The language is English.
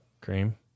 Cream